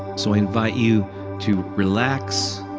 so i invite you to relax,